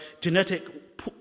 genetic